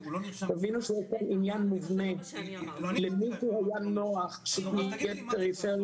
תבינו שזה עניין מובנה למישהו היה נוח --- זה